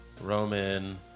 Roman